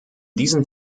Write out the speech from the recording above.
diesen